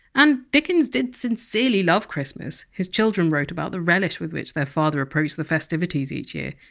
and, dickens did sincerely love christmas his children wrote about the relish with which their father approached the festivities each year.